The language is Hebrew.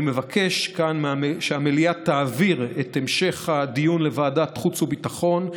אני מבקש כאן שהמליאה תעביר את המשך הדיון לוועדת החוץ והביטחון.